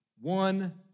one